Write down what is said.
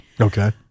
okay